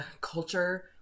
culture